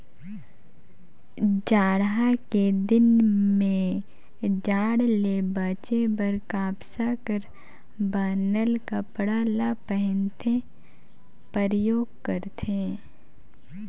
जड़हा के दिन में जाड़ ले बांचे बर कपसा कर बनल कपड़ा ल पहिनथे, परयोग करथे